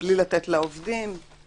בלי לתת לעובדים, וכו'.